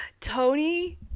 Tony